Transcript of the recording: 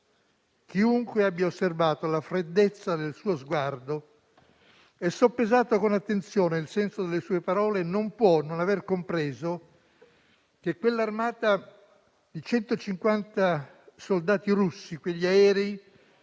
Chiunque abbia osservato la freddezza del suo sguardo e soppesato con attenzione il senso delle sue parole, non può non aver compreso che quell'armata di 150.000 soldati russi, quegli aerei,